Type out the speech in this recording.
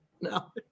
no